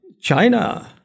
China